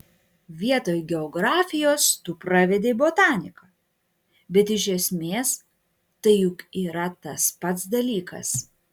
vietoj geografijos tu pravedei botaniką bet iš esmės tai juk yra tas pats dalykas